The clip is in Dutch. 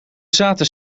zaten